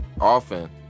often